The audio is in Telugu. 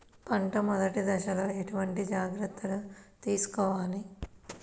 పంట మెదటి దశలో ఎటువంటి జాగ్రత్తలు తీసుకోవాలి?